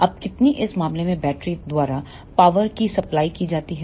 अबकितनी इस मामले में बैटरी द्वारा पावर की सप्लाई की जाती है